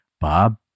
Bob